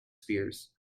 spears